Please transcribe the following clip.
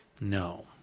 no